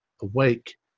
awake